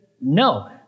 No